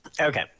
Okay